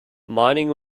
mining